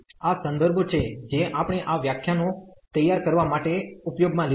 તેથી આ સંદર્ભો છે જે આપણે આ વ્યાખ્યાનો તૈયાર કરવા માટે ઉપયોગમાં લીધા છે